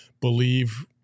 believe –